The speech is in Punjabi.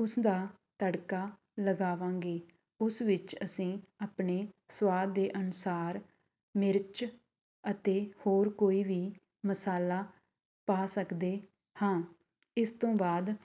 ਉਸਦਾ ਤੜਕਾ ਲਗਾਵਾਂਗੇ ਉਸ ਵਿੱਚ ਅਸੀਂ ਆਪਣੇ ਸਵਾਦ ਦੇ ਅਨੁਸਾਰ ਮਿਰਚ ਅਤੇ ਹੋਰ ਕੋਈ ਵੀ ਮਸਾਲਾ ਪਾ ਸਕਦੇ ਹਾਂ ਇਸ ਤੋਂ ਬਾਅਦ